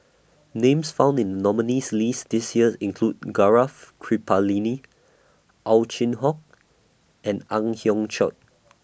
Names found in nominees' list This years include Gaurav Kripalani Ow Chin Hock and Ang Hiong Chiok